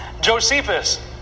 Josephus